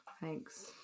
Thanks